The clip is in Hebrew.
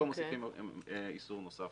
כאן מוסיפים עוד איסור נוסף,